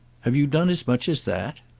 have you done as much as that?